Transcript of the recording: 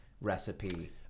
recipe